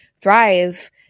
thrive